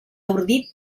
ordit